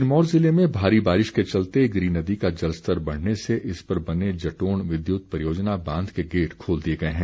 सिरमौर जिले में भारी बारिश के चलते गिरी नदी का जल स्तर बढ़ने से इस पर बने जटोण विद्यत परियोजना बांध के गेट खोल दिये गये हैं